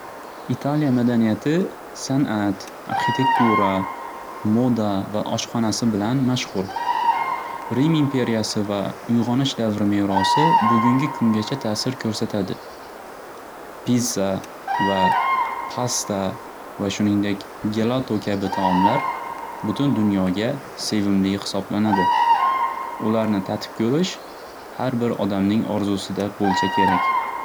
Italiya madaniyati san'at, arxitektura, moda va oshxonasi bilan mashxur. Rim imperiyasi va uyg'onish davri merosi bugungi kungacha tasir ko'rsatadi. Pizza va pasta va shuningdek, Gelato kabi taomlar butun dunyoga sevimli hisoblanadi. Ularni tatib ko'rish har bir odamning orzusida bo'lsa kerak.